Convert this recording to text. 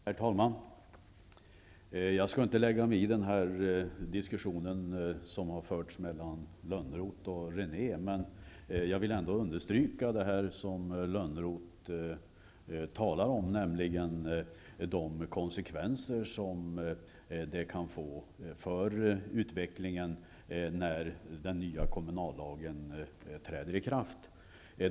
Herr talman! Jag skall inte lägga mig i diskussionen som har förts mellan Lönnroth och René, men jag vill ändå understryka det som Lönnroth talar om, nämligen de konsekvenser som det kan få för utvecklingen när den nya kommunallagen träder i kraft.